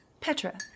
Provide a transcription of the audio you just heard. Petra